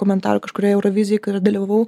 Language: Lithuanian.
komentarų kažkurioj eurovizijoj kurioj dalyvavau